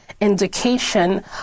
indication